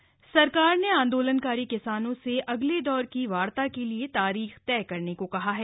किसानों से वार्ता सरकार ने आंदोलनकारी किसानों से अगले दौर की वार्ता के लिए तारीख तय करने को कहा है